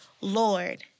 Lord